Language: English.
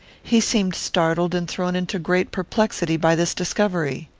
he seemed startled and thrown into great perplexity by this discovery.